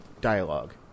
dialogue